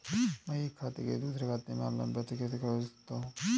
मैं एक खाते से दूसरे खाते में ऑनलाइन पैसे कैसे भेज सकता हूँ?